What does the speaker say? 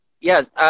yes